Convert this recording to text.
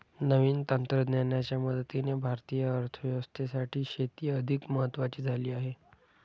नवीन तंत्रज्ञानाच्या मदतीने भारतीय अर्थव्यवस्थेसाठी शेती अधिक महत्वाची झाली आहे